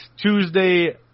Tuesday